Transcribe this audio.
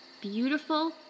beautiful